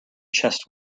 chest